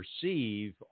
perceive